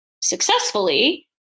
successfully